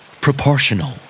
Proportional